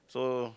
so